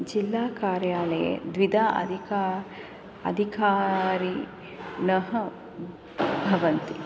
जिल्लाकार्यले द्विधा अधिका अधिकारिणः भवन्ति